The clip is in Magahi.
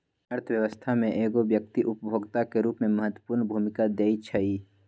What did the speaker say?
अर्थव्यवस्था में एगो व्यक्ति उपभोक्ता के रूप में महत्वपूर्ण भूमिका दैइ छइ